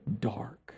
dark